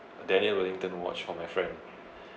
a daniel wellington watch for my friend